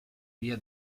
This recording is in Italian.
via